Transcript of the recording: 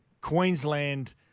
Queensland